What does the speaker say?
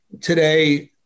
today